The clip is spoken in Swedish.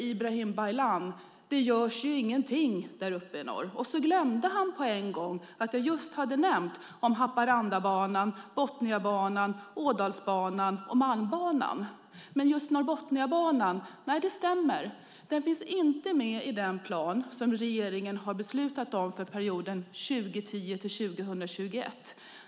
Ibrahim Baylan säger: Det görs ju ingenting där uppe i norr. Han glömde att jag just hade nämnt Haparandabanan, Botniabanan, Ådalsbanan och Malmbanan. Men det stämmer att just Norrbotniabanan inte finns med i den plan som regeringen har beslutat om för perioden 2010-2021.